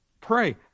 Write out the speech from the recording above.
pray